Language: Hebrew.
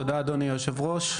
תודה אדוני יושב הראש.